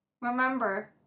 Remember